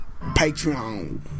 patreon